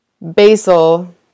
Basil